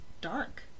dark